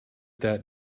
that